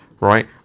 right